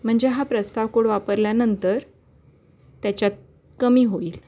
म्हणजे हा प्रस्ताव कोड वापरल्यानंतर त्याच्यात कमी होईल